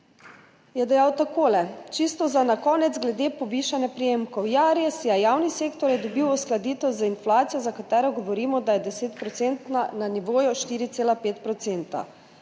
dejal je takole: »Čisto za na konec, glede povišanja prejemkov. Ja, res je, javni sektor je dobil uskladitev z inflacijo, za katero govorimo, da je desetodstotna na nivoju 4,5 %.